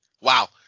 wow